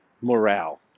morale